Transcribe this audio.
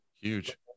huge